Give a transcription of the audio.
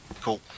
Cool